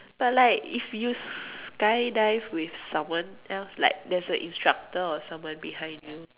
but like if you skydive with someone else like there's a instructor or someone behind you